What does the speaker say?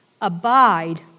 Abide